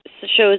shows